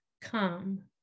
come